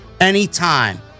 anytime